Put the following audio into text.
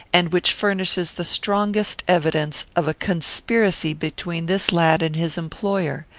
and which furnishes the strongest evidence of a conspiracy between this lad and his employer.